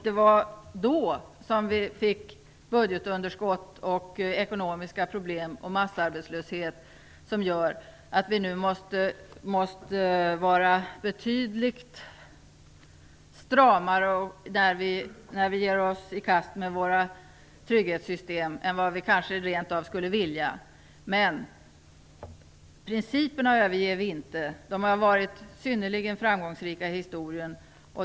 Det var då som vi fick budgetunderskott, ekonomiska problem och massarbetslöshet som gör att vi nu måste vara betydligt stramare när vi ger oss i kast med våra trygghetssystem än vad vi kanske rent av skulle vilja. Principerna överger vi inte. De har varit synnerligen framgångsrika i historien.